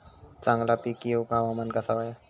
चांगला पीक येऊक हवामान कसा होया?